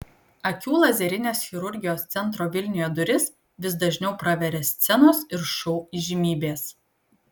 akių lazerinės chirurgijos centro vilniuje duris vis dažniau praveria scenos ir šou įžymybės